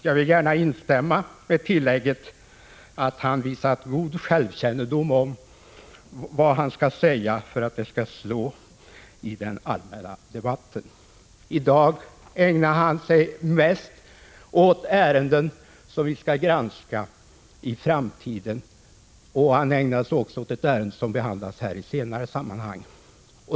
Jag vill gärna instämma i hans uttalande, med tillägget att han visat god kännedom om vad han skall säga för att det skall slå i den allmänna debatten. I dag ägnade han sig mest åt ärenden som vi skall granska i framtiden. Han ägnade sig också åt ett ärende som skall behandlas här i ett senare sammanhang.